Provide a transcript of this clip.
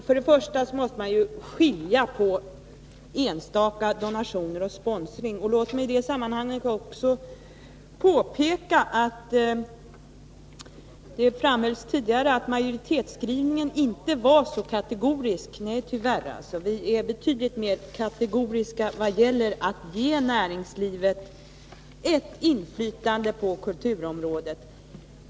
Herr talman! Man måste skilja på enstaka donationer och sponsring. Låt mig i det sammanhanget också påpeka, vilket framhölls tidigare, att majoritetsbeskrivningen inte var så kategorisk. Nej, tyvärr, vi är betydligt mer kategoriska vad gäller att ge näringslivet ett inflytande på kulturområdet.